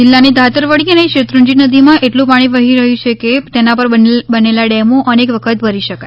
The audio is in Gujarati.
જિલ્લાની ધાતરવડી અને શેત્રુજી નદીમા એટલુ પાણી વહ્યું છે કે તેના પર બનેલા ડેમો અનેક વખત ભરી શકાય